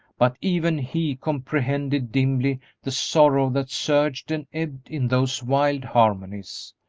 but even he comprehended dimly the sorrow that surged and ebbed in those wild harmonies.